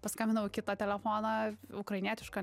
paskambinau į kitą telefoną ukrainietišką